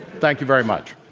thank you very much.